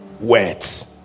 Words